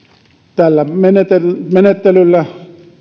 tällä menettelyllä menettelyllä